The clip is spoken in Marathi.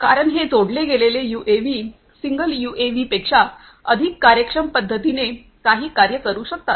कारण हे जोडले गेलेले यूएव्ही सिंगल यूएव्हीपेक्षा अधिक कार्यक्षम पद्धतीने काही कार्ये करू शकतात